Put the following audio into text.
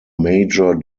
major